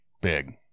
Big